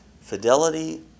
Fidelity